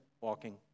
walking